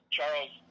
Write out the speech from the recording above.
Charles